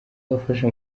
wafashe